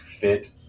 fit